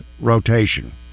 rotation